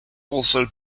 also